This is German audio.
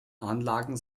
anlagen